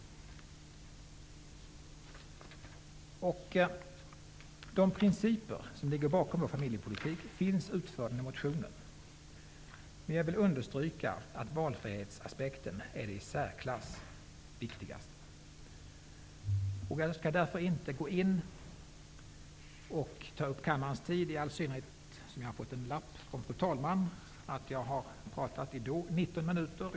De principer som ligger bakom vår familjepolitik är utförligt redovisade i motionen. Men jag vill understryka att valfrihetsaspekten är i särklass viktigast. Jag skall därför inte gå in mera på detta och ta upp kammarens tid, i all synnerhet som jag har fått en lapp från fru talman om att jag har pratat i 19 minuter.